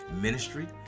ministry